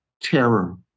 terror